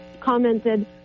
commented